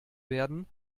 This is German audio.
werden